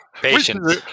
patience